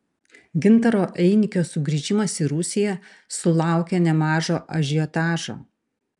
gintaro einikio sugrįžimas į rusiją sulaukė nemažo ažiotažo